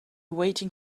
waiting